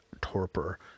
torpor